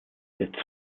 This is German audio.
der